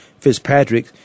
Fitzpatrick